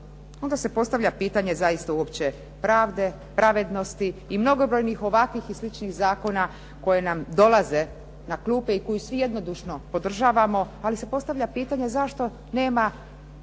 onda se postavlja pitanje uopće pravde i pravednosti i mnogobrojnih ovakvih i sličnih zakona koji nam dolaze na klupe i koje svi jednodušno podržavamo ali se postavlja pitanje zašto nema